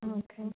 okay